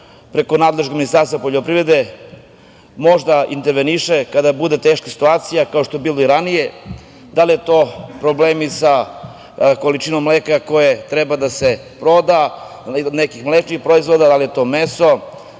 preko nadležnog Ministarstva poljoprivrede, interveniše kada je teška situacija, kao što je bilo i ranije, da li su to problemi sa količinom mleka koja treba da se proda, nekih mlečnih proizvoda, da li je to meso,